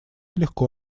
легко